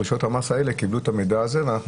רשויות המס האלה קיבלו את המידע הזה ואנחנו